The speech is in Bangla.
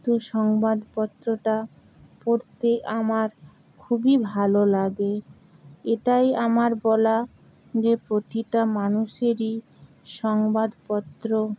তো সংবাদপত্রটা পড়তে আমার খুবই ভালো লাগে এটাই আমার বলা যে প্রতিটা মানুষেরই সংবাদপত্র